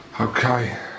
Okay